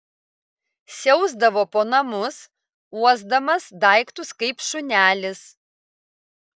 siausdavo po namus uosdamas daiktus kaip šunelis